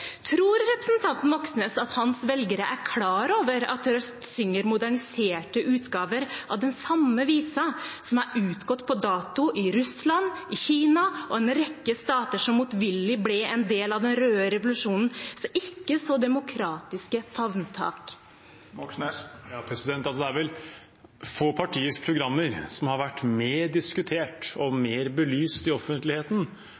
Tror representanten Moxnes at hans velgere er klar over at Rødt synger moderniserte utgaver av den samme visen som har gått ut på dato i Russland, i Kina og i en rekke andre stater, som motvillig ble en del av den røde revolusjonens ikke-så-demokratiske favntak? Det er vel få partiers programmer som har vært mer diskutert og